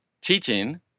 teaching